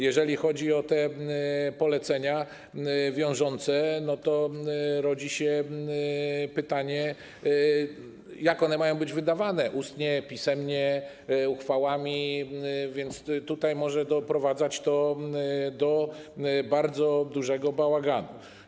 Jeżeli chodzi o te polecenia wiążące, to rodzi się pytanie, jak one mają być wydawane - ustnie, pisemnie, uchwałami, więc tutaj może doprowadzać to do bardzo dużego bałaganu.